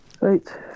right